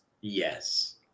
Yes